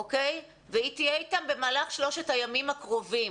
והיא תהיה איתם במהלך שלושת הימים הקרובים.